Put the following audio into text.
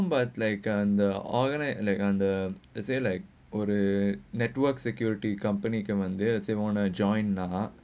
but like and the organise like on the let's say like oh the network security company came on and say want to join lah